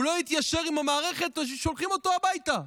הוא לא יתיישר עם המערכת, שולחים אותו הביתה.